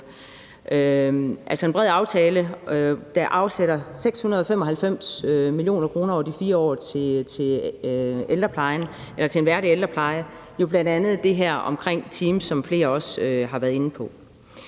her i dag – hvormed vi afsætter 695 mio. kr. over de næste 4 år til en værdig ældrepleje. Det handler bl.a. om det her med teams, som flere også har været inde på.